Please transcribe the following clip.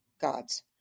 God's